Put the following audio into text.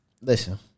listen